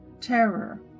terror